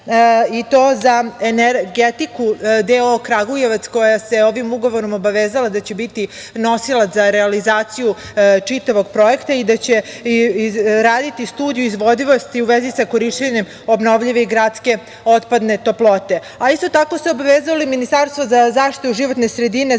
i to za Energetiku d.o.o Kragujevac, koja se ovim ugovorom obavezala da će biti nosilac za realizaciju čitavog projekta i da će raditi studiju izvodljivosti i u vezi sa korišćenjem obnovljive i gradske otpadne toplote. Isto tako se obavezalo i Ministarstvo za zaštitu životne sredine